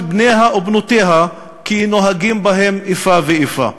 בניה ובנותיה כי נוהגים בהם איפה ואיפה".